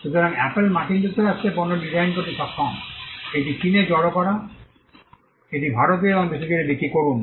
সুতরাং অ্যাপল মার্কিন যুক্তরাষ্ট্রে পণ্যটি ডিজাইন করতে সক্ষম এটি চীনে জড়ো করা এটি ভারতে এবং বিশ্বজুড়ে বিক্রি করুন